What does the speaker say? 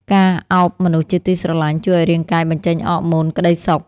ការអោបមនុស្សជាទីស្រឡាញ់ ជួយឱ្យរាងកាយបញ្ចេញអរម៉ូនក្ដីសុខ។